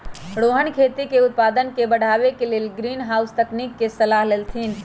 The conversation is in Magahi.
रोहन खेती के उत्पादन के बढ़ावे के लेल ग्रीनहाउस तकनिक के सलाह देलथिन